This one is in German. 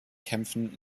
kämpfen